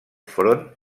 front